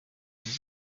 izima